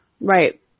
Right